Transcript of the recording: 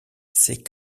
c’est